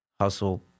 hustle